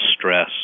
stress